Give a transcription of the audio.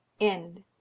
END